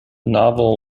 novel